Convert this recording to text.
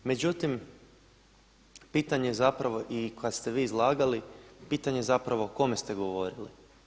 Međutim, pitanje zapravo i kada ste vi izlagali, pitanje je zapravo kome ste govorili.